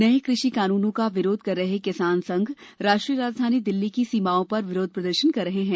नए कृषि कानूनों का विरोध कर रहे किसान संघ राष्ट्रीय राजधानी दिल्ली की सीमाओं पर विरोध प्रदर्शन कर रहे हैं